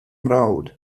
mrawd